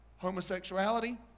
homosexuality